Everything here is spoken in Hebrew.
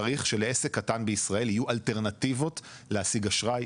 צריך שלעסק קטן בישראל יהיו אלטרנטיבות להשיג אשראי.